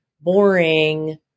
boring